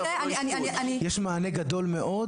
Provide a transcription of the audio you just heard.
יש מענה גדול מאוד,